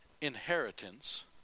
inheritance